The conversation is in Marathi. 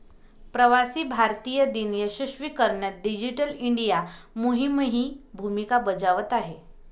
प्रवासी भारतीय दिन यशस्वी करण्यात डिजिटल इंडिया मोहीमही भूमिका बजावत आहे